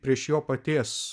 prieš jo paties